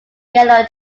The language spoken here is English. yellow